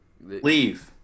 Leave